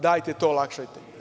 Dajte to, olakšajte.